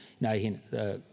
näihin